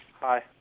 Hi